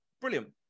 brilliant